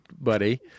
buddy